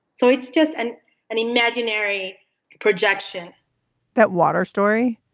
so it's just an an imaginary projection that water story,